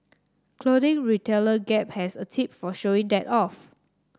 clothing retailer Gap has a tip for showing that off